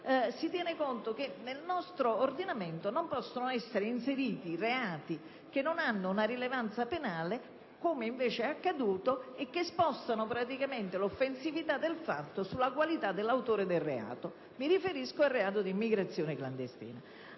si tiene conto che nel nostro ordinamento non possono essere inseriti reati che non hanno rilevanza penale, come invece è accaduto, e che spostano l'offensività del fatto sulla qualità dell'autore del reato: mi riferisco al reato di immigrazione clandestina.